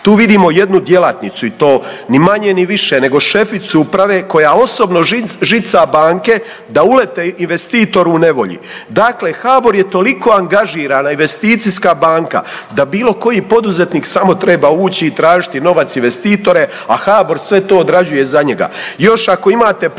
Tu vidimo jednu djelatnicu i to ni manje ni više nego šeficu uprave koja osobno žica banke da ulete investitoru u nevolji. Dakle HBOR je toliko angažirana investicijska banka da bilo koji poduzetnik samo treba ući i tražiti novac i investitore, a HBOR sve to odrađuje za njega.